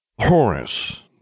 Horace